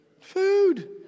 Food